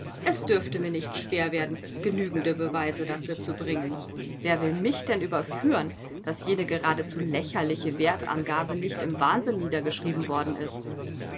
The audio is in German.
es dürfte mir nicht schwer werden genügende beweise dafür zu bringen wer will mich denn überführen daß jene geradezu lächerliche wertangabe nicht im wahnsinn niedergeschrieben worden ist